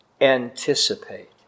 anticipate